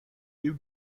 you